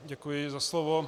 Děkuji za slovo.